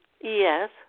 Yes